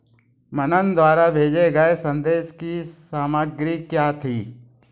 मनन द्वारा भेजे गए संदेश की सामग्री क्या थी